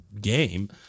game